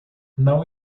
não